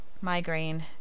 migraine